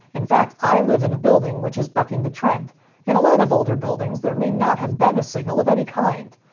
in fact, i live in a building which is bucking the trend in a lot of older buildings, there may not have been a signal of any kind.